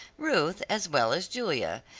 ruth, as well as julia,